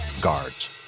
guards